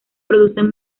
producen